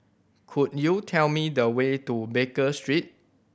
could you tell me the way to Baker Street